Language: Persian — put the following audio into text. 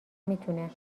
میتونه